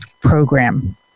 program